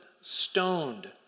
stoned